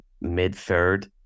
mid-third